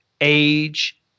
age